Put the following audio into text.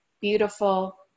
beautiful